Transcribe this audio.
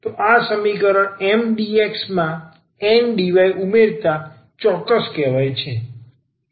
તો આ સમીકરણ Mdx માં Ndy ઉમેરતા ચોક્કસ કહેવાય છે